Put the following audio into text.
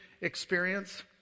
experience